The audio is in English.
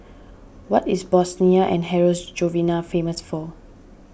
what is Bosnia and Herzegovina famous for